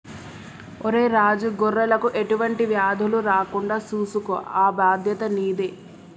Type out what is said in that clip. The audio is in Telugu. ఒరై రాజు గొర్రెలకు ఎటువంటి వ్యాధులు రాకుండా సూసుకో ఆ బాధ్యత నీదే